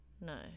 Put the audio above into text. No